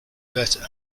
better